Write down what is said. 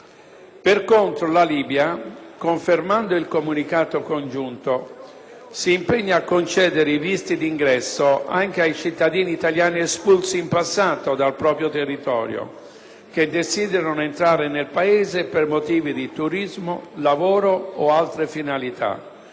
Percontro, la Libia, confermando il Comunicato congiunto, si impegna a concedere i visti di ingresso anche ai cittadini italiani espulsi in passato dal proprio territorio che desiderino entrare nel Paese per motivi di turismo, lavoro o altre finalità.